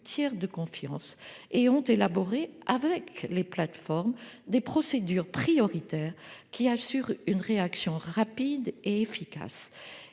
tiers de confiance et ont élaboré, avec les plateformes, des procédures prioritaires, qui assurent une réaction rapide et efficace.